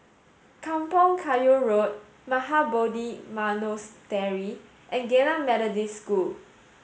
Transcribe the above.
Kampong Kayu Road Mahabodhi Monastery and Geylang Methodist School